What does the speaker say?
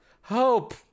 hope